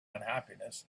unhappiness